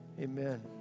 amen